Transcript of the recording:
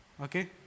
okay